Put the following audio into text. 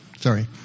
Sorry